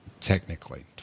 Technically